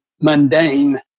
mundane